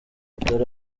dore